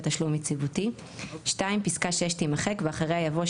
תשלום יציבותי";" פסקה (6) תימחק ואחריה יבוא: